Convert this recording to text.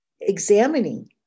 examining